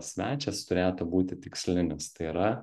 svečias turėtų būti tikslinis tai yra